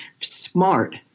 smart